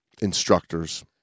instructors